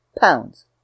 pounds